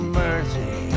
mercy